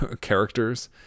characters